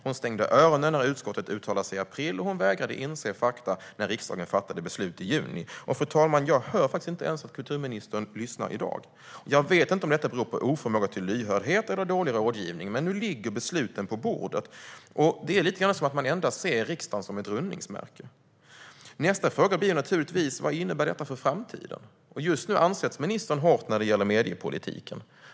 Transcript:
Hon stängde öronen när utskottet uttalade sig i april, och hon vägrade inse fakta när riksdagen fattade beslut i juni. Och, fru talman, jag hör faktiskt inte ens att kulturministern lyssnar i dag. Jag vet inte om detta beror på oförmåga till lyhördhet eller dålig rådgivning. Men nu ligger besluten på bordet. Det är lite grann som att man endast ser riksdagen som ett rundningsmärke. Nästa fråga blir naturligtvis: Vad innebär detta för framtiden? Just nu ansätts ministern hårt när det gäller mediepolitiken.